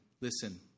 listen